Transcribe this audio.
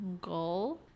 goal